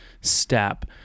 step